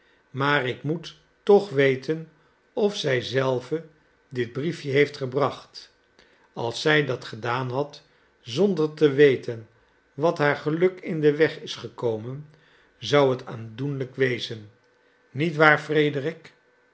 maar ik moet toch weten of zij zelve dit briefje heeft gebracht als zij dat gedaan had zonder te weten wat haar geluk in den weg is gekomen zou het aandoenlijk wezen niet waar frederik